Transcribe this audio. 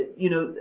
you know,